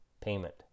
payment